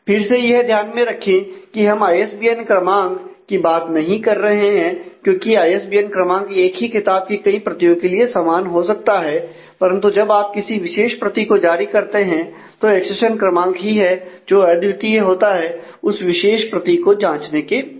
फिर से यह ध्यान में रखें कि हम आईएसबीएन क्रमांक की बात नहीं कर रहे हैं क्योंकि आईएसबीएन क्रमांक एक ही किताब की कई प्रतियों के लिए समान हो सकता है परंतु जब आप किसी विशेष प्रति को जारी करते हैं तो एक्सेशन क्रमांक ही है जो अद्वितीय होता है उस विशेष प्रति को जांचने के लिए